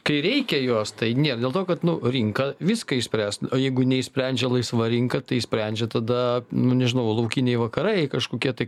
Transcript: kai reikia jos tai nėr dėl to kad nu rinka viską išspręs o jeigu neišsprendžia laisva rinka tai sprendžia tada nu nežinau laukiniai vakarai kažkokie tai